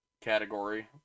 category